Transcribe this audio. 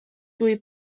drwy